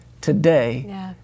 today